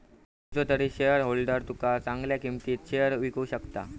खयचो तरी शेयरहोल्डर तुका चांगल्या किंमतीत शेयर विकु शकता